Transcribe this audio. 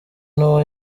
nuwo